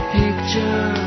picture